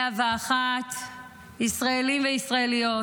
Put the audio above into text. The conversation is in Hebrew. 101 ישראלים וישראליות,